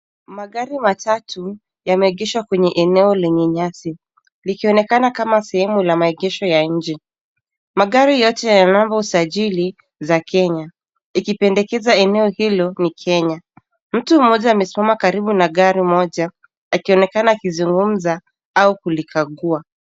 Magari matatu yameegeshwa kwenye eneo lenye nyasi likionekana kama sehemu ya maegesho ya nje. Magari yote yana namba ya usajili za kenya ikipendekeza eneo hilo ni kenya. Mtu mmoja amesimama karibu na gari moja akionekana akizungumza au kulikagua.